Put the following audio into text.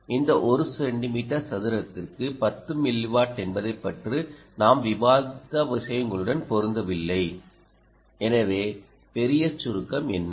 இந்த 1 சென்டிமீட்டர் சதுரத்திற்கு 10 மில்லிவாட் என்பதைப் பற்றி நாம் விவாதித்த விஷயங்களுடன் பொருந்தவில்லை எனவே பெரிய சுருக்கம் என்ன